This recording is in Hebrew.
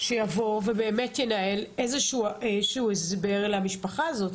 שיבוא ובאמת ינהל איזשהו הסבר למשפחה הזאת,